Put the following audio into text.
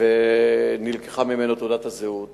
נלקחה ממנו תעודת הזהות